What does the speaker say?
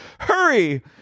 Hurry